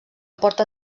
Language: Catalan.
porta